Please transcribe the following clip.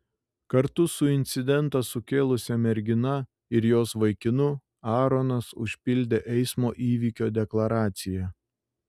kartu su incidentą sukėlusia mergina ir jos vaikinu aaronas užpildė eismo įvykio deklaraciją